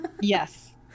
Yes